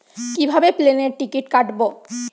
কিভাবে প্লেনের টিকিট কাটব?